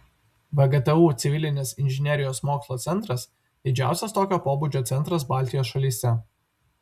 vgtu civilinės inžinerijos mokslo centras didžiausias tokio pobūdžio centras baltijos šalyse